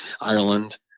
Ireland